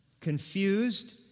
confused